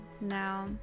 now